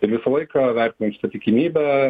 ir visą laiką vertinant šitą tikimybę